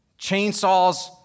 Chainsaws